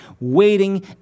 waiting